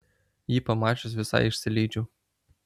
jį pamačius visai išsilydžiau